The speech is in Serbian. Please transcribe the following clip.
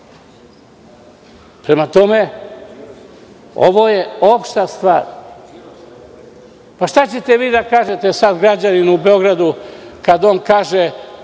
ne moji. Ovo je opšta stvar. Šta ćete vi da kažete sad građaninu u Beogradu kad on kaže